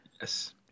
Yes